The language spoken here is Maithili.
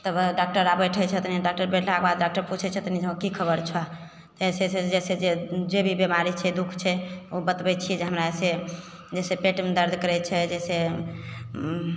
तब डॉकटर बैठै छथिन डॉकटर बैठलाके बाद डॉकटर पुछै छथिन जे हँ कि खबरि छऽ अइसे अइसे जइसे जे जे भी बेमारी छै दुख छै ओ बतबै छिए जे हमरा अइसे जइसे पेटमे दरद करै छै जइसे